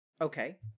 Okay